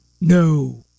No